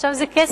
עכשיו, זה כסף,